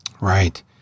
Right